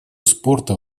спорта